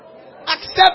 Accept